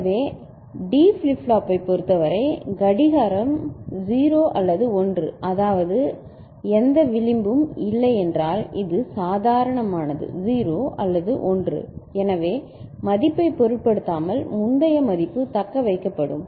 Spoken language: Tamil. எனவே D ஃபிளிப் ஃப்ளாப்பைப் பொறுத்தவரை கடிகாரம 0 அல்லது 1 அதாவது எந்த விளிம்பும் இல்லை என்றால் இது சாதாரணமானது 0 அல்லது 1 எனவே மதிப்பைப் பொருட்படுத்தாமல் முந்தைய மதிப்பு தக்கவைக்கப்படும்